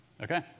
Okay